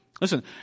Listen